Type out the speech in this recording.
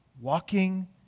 Walking